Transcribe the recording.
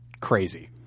crazy